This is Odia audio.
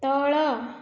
ତଳ